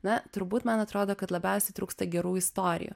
na turbūt man atrodo kad labiausiai trūksta gerų istorijų